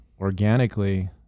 organically